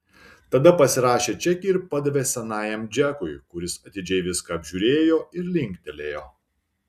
tada pasirašė čekį ir padavė senajam džekui kuris atidžiai viską apžiūrėjo ir linktelėjo